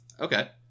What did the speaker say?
Okay